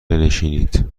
بنشینید